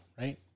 right